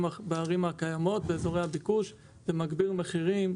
הקיימות באזורי הביקוש ומגביר מחירים,